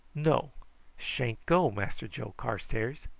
no sha'n't go, mass joe carstairs.